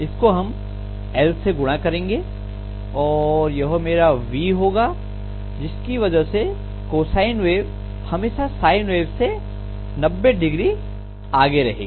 इसको हम L से गुणा करेंगे और यह मेरा V होगा जिसकी वजह से कोसाइन वेब हमेशा साइन वेब से90Oआगे रहेगी